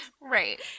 Right